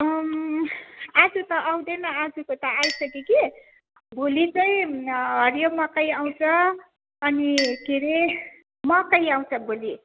आजु त आउदैन आजुको त आइ सक्यो कि भोलि चाहिँ हरियो मकै आउँछ अनि के रे मकै आउँछ भोलि